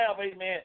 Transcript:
amen